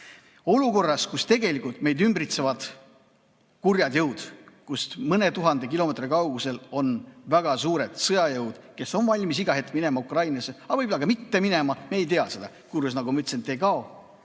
olukorras, kus tegelikult meid ümbritsevad kurjad jõud, kus mõne tuhande kilomeetri kaugusel on väga suured sõjajõud, kes on valmis iga hetk minema Ukrainasse. Aga võib-olla nad ei ole valmis minema, me ei tea seda. Kurjus, nagu ma ütlesin, ei kao.